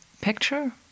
picture